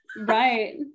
Right